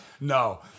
no